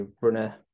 runner